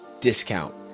discount